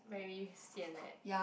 very sian eh